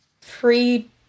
Free